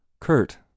Kurt